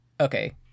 Okay